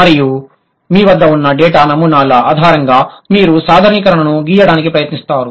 మరియు మీ వద్ద ఉన్న డేటా నమూనాల ఆధారంగా మీరు సాధారణీకరణను గీయడానికి ప్రయత్నిస్తున్నారు